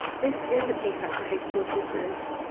this is a pay cut for high school teachers.